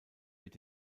mit